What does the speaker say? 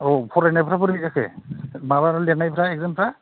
औ फरायनायफ्रा बोरै जाखो माबाफ्रा लिरनायफ्रा इक्जामफ्रा